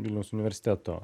vilniaus universiteto